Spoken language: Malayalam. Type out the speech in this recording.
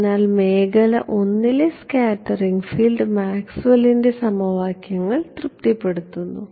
അതിനാൽ മേഖല I ലെ സ്കാറ്ററിംഗ് ഫീൽഡ് മാക്സ്വെല്ലിന്റെ സമവാക്യങ്ങൾ തൃപ്തിപ്പെടുത്തുന്നു